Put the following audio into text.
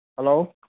hello